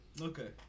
okay